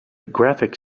graphic